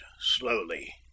slowly